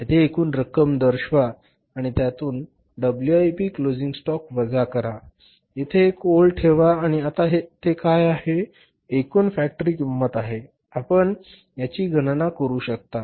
येथे एकूण रक्कम दर्शवा आणि त्यातून डब्ल्यूआयपी क्लोजिंग स्टॉक वजा करा येथे एक ओळ ठेवा आणि आता ते काय होते एकूण फॅक्टरी किंमत आहे आपण याची गणना करू शकता